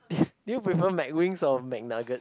do you prefer McWings or McNuggets